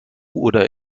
oder